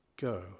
Go